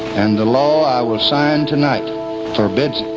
and the law i will sign tonight forbids